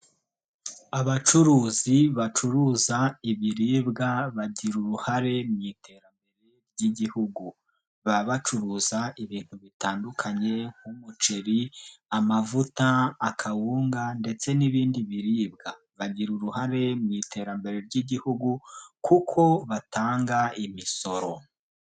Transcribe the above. Abacuruzi bacuruza ibiribwa bagira uruhare mu iterambere ry'Igihugu baba bacuruza ibintu bitandukanye nk'umuceri, amavuta, akawunga ndetse n'ibindi biribwa, bagira uruhare mu iterambere ry'Igihugu kuko batanga imisoro.